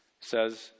says